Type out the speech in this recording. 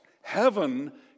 heaven